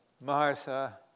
Martha